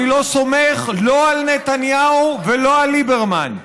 אני לא סומך לא על נתניהו ולא על ליברמן.